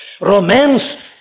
Romance